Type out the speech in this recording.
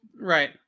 Right